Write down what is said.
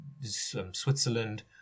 switzerland